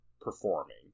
performing